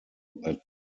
that